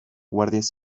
guardias